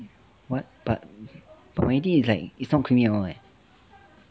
what but but it's like not creamy at all eh